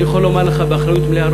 אני יכול לומר לך באחריות מלאה,